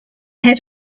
head